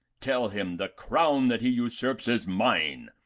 tell him, the crown that he usurps, is mine,